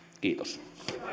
kiitos